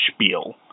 spiel